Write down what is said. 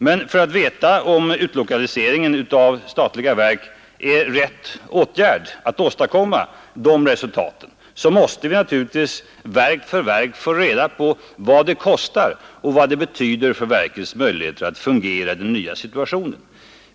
Men för att veta om utlokaliseringen av statliga verk är rätt åtgärd för att åstadkomma de resultaten måste vi naturligtvis verk för verk få reda på vad den kostar och vad den betyder för verkens möjligheter att fungera i den nya situationen.